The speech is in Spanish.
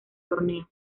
torneo